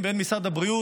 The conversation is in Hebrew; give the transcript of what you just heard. בין משרד הבריאות,